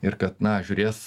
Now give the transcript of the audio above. ir kad na žiūrės